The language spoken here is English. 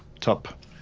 top